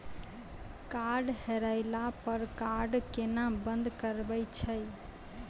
Card हेरैला पर card केना बंद करबै छै?